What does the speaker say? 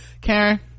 karen